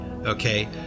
Okay